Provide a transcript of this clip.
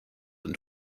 and